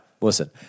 listen